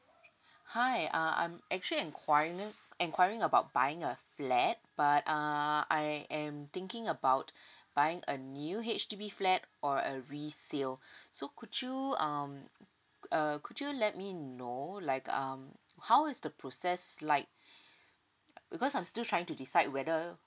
hi uh I'm actually enqui~ enquiring about buying a flat but uh I am thinking about buying a new H_D_B flat or a resale so could you um err could you let me know like um how is the process like because I'm still trying to decide whether